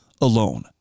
alone